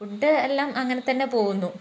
food എല്ലാം അങ്ങനത്തന്നെ പോവുന്നു